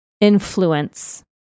influence